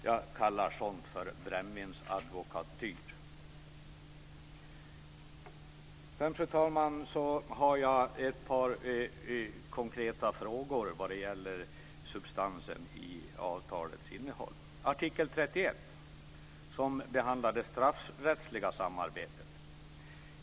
Jag kallar sådant för brännvinsadvokatyr. Fru talman! Jag har ett par konkreta frågor som gäller substansen i avtalets innehåll. Artikel 31 behandlar det straffrättsliga samarbetet.